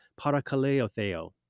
parakaleotheo